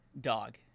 Dog